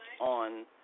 on